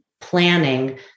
planning